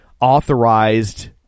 authorized